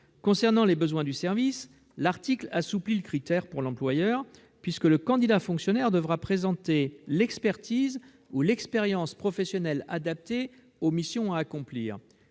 Concernant les besoins du service, l'article assouplit le critère pour l'employeur, puisque le candidat fonctionnaire devra présenter l'expertise ou l'expérience professionnelle adaptée aux missions à accomplir.